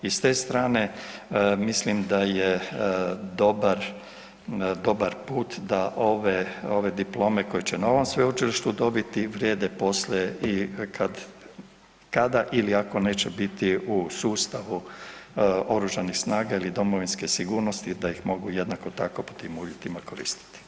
I s te strane mislim da je dobar, dobar put da ove diplome koje će na ovom sveučilištu dobiti vrijede poslije i kad, kada ili ako neće biti u sustavu oružanih snaga ili domovinske sigurnosti da ih mogu jednako tako pod tim uvjetima koristiti.